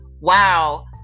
wow